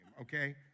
okay